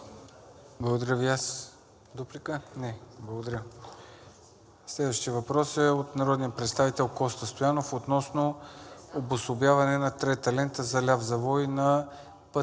Благодаря Ви и аз. Дуплика? Не. Благодаря. Следващият въпрос е от народния представител Коста Стоянов относно обособяване на трета лента за ляв завой на път